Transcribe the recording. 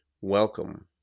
Welcome